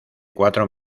cuatro